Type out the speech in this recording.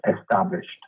established